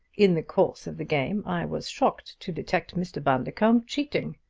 in the course of the game i was shocked to detect mr. bundercombe cheating.